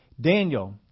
Daniel